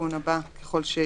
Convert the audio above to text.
ככל שיהיה.